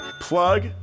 Plug